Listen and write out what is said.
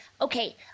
okay